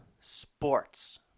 sports